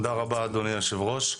תודה רבה אדוני היושב ראש.